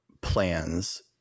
plans